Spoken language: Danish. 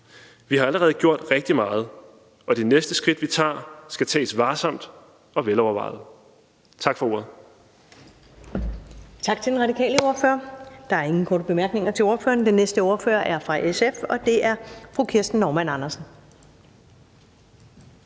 Vi har allerede gjort rigtig meget, og de næste skridt, vi tager, skal tages varsomt og velovervejet. Tak for ordet.